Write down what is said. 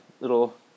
little